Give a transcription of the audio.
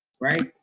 right